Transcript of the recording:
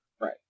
Right